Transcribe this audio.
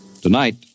Tonight